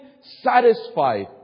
satisfied